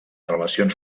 relacions